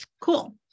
cool